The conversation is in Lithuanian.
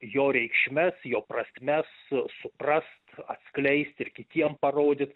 jo reikšmes jo prasmes suprast atskleist ir kitiem parodyt